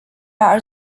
are